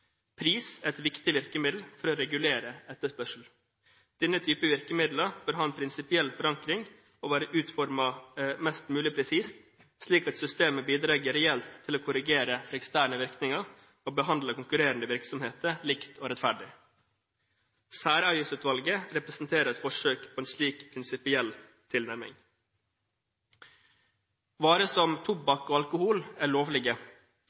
Pris er et viktig virkemiddel for å regulere etterspørsel. Denne type virkemidler bør ha en prinsipiell forankring og være utformet mest mulig presist, slik at systemet bidrar reelt til å korrigere for eksterne virkninger, og behandler konkurrerende virksomheter likt og rettferdig. Særavgiftsutvalget representerer et forsøk på en slik prinsipiell tilnærming. Varer som tobakk og alkohol er lovlige.